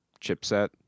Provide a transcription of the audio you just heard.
chipset